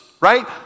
right